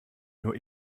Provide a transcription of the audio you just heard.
nur